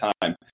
time